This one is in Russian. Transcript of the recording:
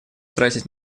тратить